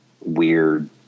weird